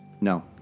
No